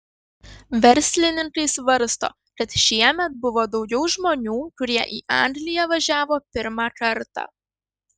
verslininkai svarsto kad šiemet buvo daugiau žmonių kurie į angliją važiavo pirmą kartą